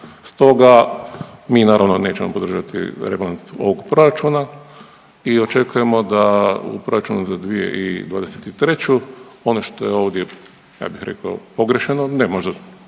Stoga mi naravno nećemo podržati rebalans ovog proračuna i očekujemo da u proračunu za 2023. ono što je ovo ovdje, ja bih rekao pogrešno ne može